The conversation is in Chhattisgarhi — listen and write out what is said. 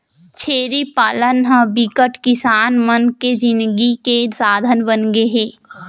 छेरी पालन ह बिकट किसान मन के जिनगी के साधन बनगे हे